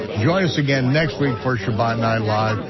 join us again next week for shabbat night live,